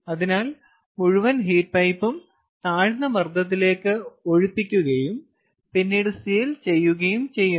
അതിനാൽ മുഴുവൻ ഹീറ്റ് പൈപ്പും താഴ്ന്ന മർദ്ദത്തിലേക്ക് ഒഴിപ്പിക്കുകയും പിന്നീട് സീൽ ചെയ്യുകയും ചെയ്യുന്നു